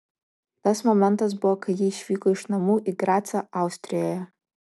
tas momentas buvo kai ji išvyko iš namų į gracą austrijoje